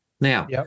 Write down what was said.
Now